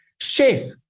chef